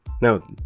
No